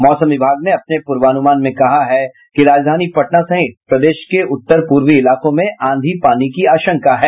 मौसम विभाग ने अपने पूर्वानुमान में कहा है कि राजधानी पटना सहित प्रदेश के उत्तर पूर्वी इलाकों में आंधी पानी की आशंका है